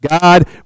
God